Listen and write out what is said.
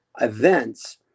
events